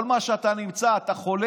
כל מה שאתה, אתה חולה?